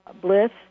bliss